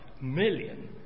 million